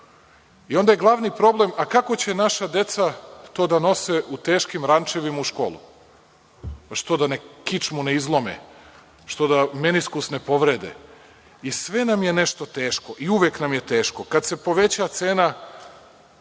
Onda je glavni problem – a kako će naša deca to da nose u teškim rančevima u školu? Što, da kičmu ne izlome? Što, da meniskus ne povrede? I sve nam je nešto teško i uvek nam je teško. Kada se poveća cena